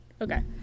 Okay